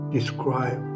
Describe